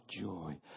joy